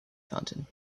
fountain